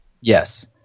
Yes